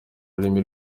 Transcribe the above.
rurimi